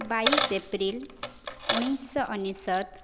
ବାଇଶି ଏପ୍ରିଲ ଉଣେଇଶ ଅନେଶତ